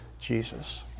Jesus